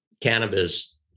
cannabis